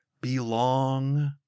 Belong